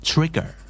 Trigger